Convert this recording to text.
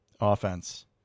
Offense